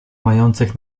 mających